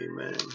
Amen